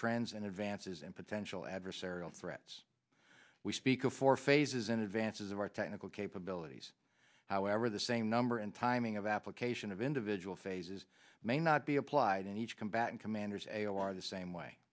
trends and advances in potential adversarial threats we speak of four phases in advance of our technical capabilities however the same number and timing of application of individual phases may not be applied in each combatant commanders a o r the same way